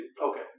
Okay